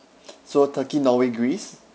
so turkey norway greece